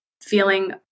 feeling